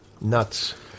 Nuts